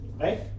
right